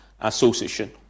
Association